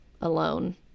alone